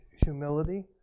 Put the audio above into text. humility